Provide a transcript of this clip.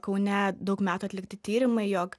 kaune daug metų atlikti tyrimai jog